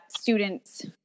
students